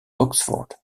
oxford